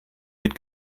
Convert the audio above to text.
mit